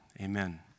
Amen